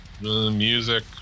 Music